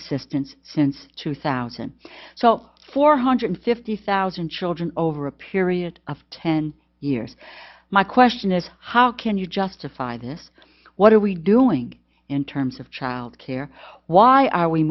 assistance since two thousand so four hundred fifty thousand children over a period of ten years my question is how can you justify this what are we doing in terms of child care why are we